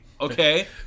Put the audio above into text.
Okay